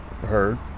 heard